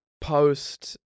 post